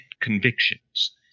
convictions